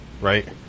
right